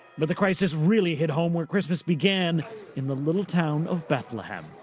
but the crisis really hit home where christmas began in the little town of bethlehem,